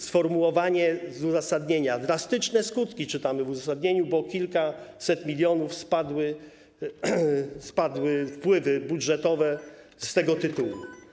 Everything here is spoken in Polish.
Sformułowanie z uzasadnienia: drastyczne skutki - czytamy w uzasadnieniu - bo o kilkaset milionów spadły wpływy budżetowe z tego tytułu.